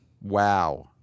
Wow